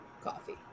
coffee